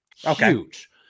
huge